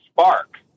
spark